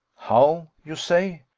how? you say.